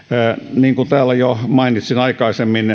niin kuin täällä jo mainitsin aikaisemmin